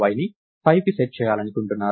yని 5కి సెట్ చేయాలనుకుంటున్నారు